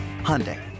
Hyundai